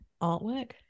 artwork